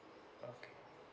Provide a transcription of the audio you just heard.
okay